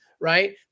right